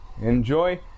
Enjoy